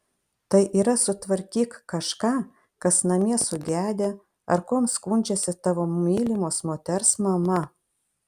tai yra sutvarkyk kažką kas namie sugedę ar kuom skundžiasi tavo mylimos moters mama